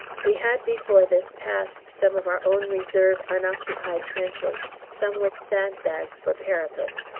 we had before this passed some of our own reserve unoccupied trenches, some with sandbags for parapets,